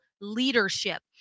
leadership